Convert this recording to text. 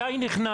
מתי הוא נכנס,